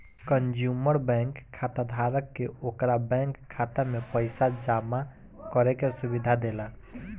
consumer bank खाताधारक के ओकरा बैंक खाता में पइसा जामा करे के सुविधा देला